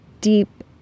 deep